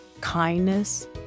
kindness